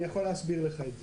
אני יכול להסביר לך את זה.